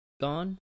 gone